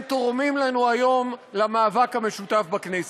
תורמים לנו היום למאבק המשותף בכנסת.